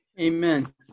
Amen